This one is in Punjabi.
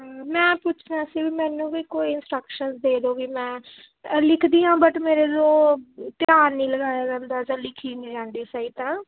ਮੈਂ ਪੁੱਛਣਾ ਸੀ ਵੀ ਮੈਨੂੰ ਵੀ ਕੋਈ ਇੰਸਟਰਕਸ਼ਨ ਦੇ ਦਿਓ ਵੀ ਮੈਂ ਲਿਖਦੀ ਹਾਂ ਬਟ ਮੇਰੇ ਤੋਂ ਧਿਆਨ ਨਹੀਂ ਲਗਾਇਆ ਜਾਂਦਾ ਜਾਂ ਲਿਖੀ ਨਹੀਂ ਜਾਂਦੀ ਸਹੀ ਤਰ੍ਹਾਂ